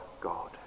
God